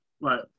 Right